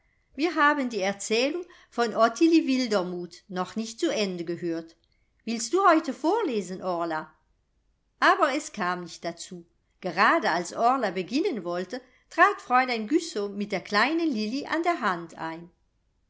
wir haben die erzählung von ottilie wildermuth noch nicht zu ende gehört willst du heute vorlesen orla aber es kam nicht dazu gerade als orla beginnen wollte trat fräulein güssow mit der kleinen lilli an der hand ein